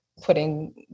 putting